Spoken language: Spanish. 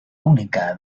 única